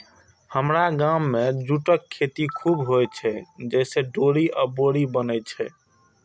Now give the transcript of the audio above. हमरा गाम मे जूटक खेती खूब होइ छै, जइसे डोरी आ बोरी बनै छै